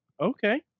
Okay